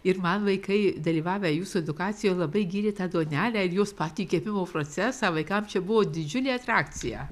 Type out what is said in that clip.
ir man vaikai dalyvavę jūsų edukacijoj labai gyrė tą duonelę ir jos patį kepimo procesą vaikam čia buvo didžiulė atrakcija